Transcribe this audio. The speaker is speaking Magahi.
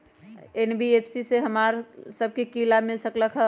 एन.बी.एफ.सी से हमार की की लाभ मिल सक?